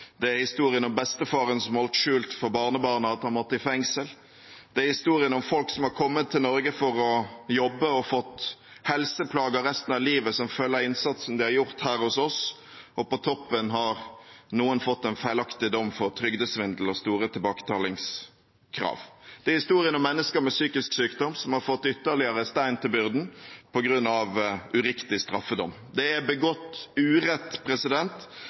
Det er historien om bestefaren som holdt skjult for barnebarna at han måtte i fengsel. Det er historien om folk som har kommet til Norge for å jobbe og fått helseplager resten av livet som følge av innsatsen de har gjort her hos oss, og på toppen har noen fått en feilaktig dom for trygdesvindel og store tilbakebetalingskrav. Det er historien om mennesker med psykisk sykdom som har fått lagt ytterligere stein til byrden på grunn av uriktig straffedom. Det er begått urett,